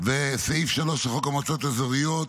וסעיף 3 לחוק המועצות האזוריות,